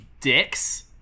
dicks